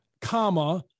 comma